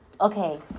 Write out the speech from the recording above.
Okay